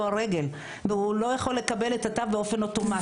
הרגל והוא לא יכול לקבל את התו באופן אוטומטי.